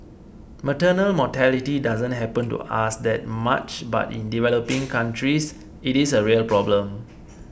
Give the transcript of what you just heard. maternal mortality doesn't happen to us that much but in developing countries it is a real problem